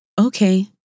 Okay